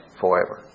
forever